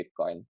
Bitcoin